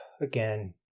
Again